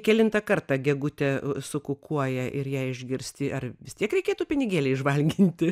kelintą kartą gegutė sukukuoja ir ją išgirsti ar vis tiek reikėtų pinigėliais žvanginti